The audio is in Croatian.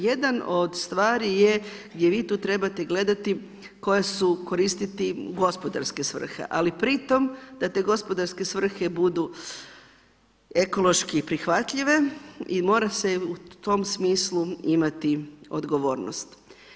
Jedan od stvari gdje vi tu trebate gledati koje su, koristiti gospodarske svrhe, ali pri tome da te gospodarske svrhe budu ekološki prihvatljive i mora se u tom smislu imati odgovornost.